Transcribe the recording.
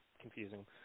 confusing